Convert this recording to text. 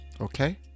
okay